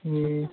ए